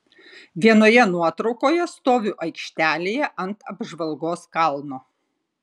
vienoje nuotraukoje stoviu aikštelėje ant apžvalgos kalno